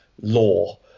law